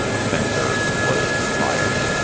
spencer, was fired?